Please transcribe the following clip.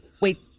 Wait